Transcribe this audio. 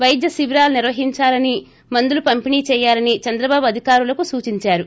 పైద్య శిబిరాలు నిర్వహించాలని మందులు పంపిణీచేయాలని చంద్రబాబు అధికారులకు సూచించారు